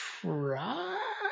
try